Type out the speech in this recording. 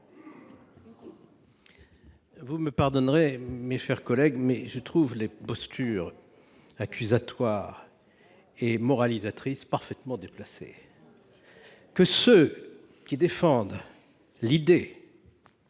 Pardonnez moi, mes chers collègues, mais je trouve les postures accusatoires et moralisatrices parfaitement déplacées. Que ceux qui défendent l’idée